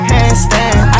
Handstand